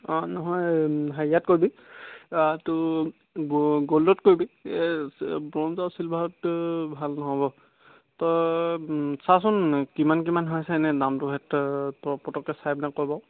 অঁ নহয় হেৰিয়াত কৰিবি তোৰ গ'ল্ডত কৰিবি এই ব্ৰঞ্জ আৰু চিলভাৰত ভাল নহ'ব তই চাচোন কিমান কিমান হৈ হৈছে এনেই দামটো সেহেঁতৰ পটকৈ চাই পিনি ক' বাৰু